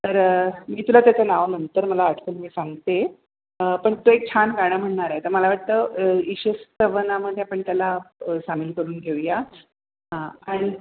तर मी तुला त्याचं नाव नंतर मला आठवलं की सांगते पण तो एक छान गाणं म्हणणारा आहे तर मला वाटतं शिस्त वनामध्ये आपण त्याला सामील करून घेऊया हां आणि